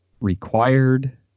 required